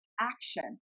action